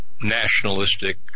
nationalistic